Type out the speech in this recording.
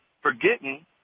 forgetting